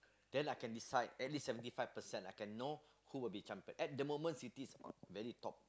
then I can decide at least seventy five percent I can know who will be champion at the moment City is on very top